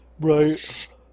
Right